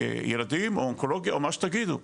ילדים, אונקולוגיה, או מה שתגידו.